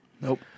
Nope